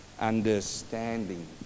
understanding